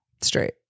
straight